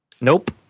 Nope